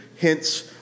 hence